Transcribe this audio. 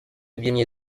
ibijyanye